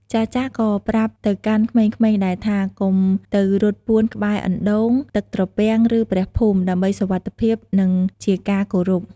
ចាស់ៗក៏ប្រាប់ទៅកាន់ក្មេងៗដែរថា កុំទៅរត់ពួនក្បែរអណ្តូង ទឹកត្រពាំង ឬ ព្រះភូមិ ដើម្បីសុវត្ថិភាព និងជាការគោរព។